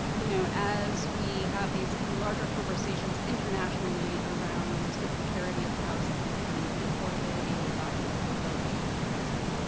you know, as we have these larger conversations internationally around the precarity of housing and the affordability or lack of affordability of housing,